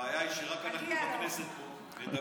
הבעיה היא שרק אנחנו פה בכנסת פה מדברים.